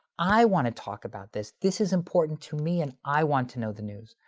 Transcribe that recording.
i wanna talk about this. this is important to me and i want to know the news.